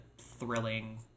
thrilling